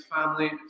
family